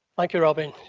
like robyn.